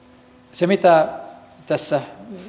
toimet mitä tässä